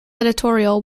editorial